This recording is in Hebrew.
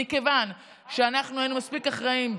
ומכיוון שאנחנו היינו מספיק אחראים,